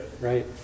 Right